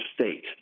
State